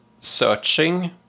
searching